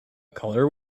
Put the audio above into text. color